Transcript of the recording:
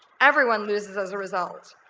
everyone loses as a result.